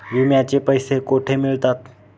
विम्याचे पैसे कुठे मिळतात?